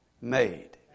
made